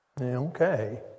Okay